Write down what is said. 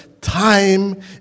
time